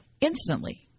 Instantly